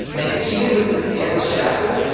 and even with his hands shackled,